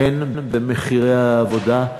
הן במחירי העבודה.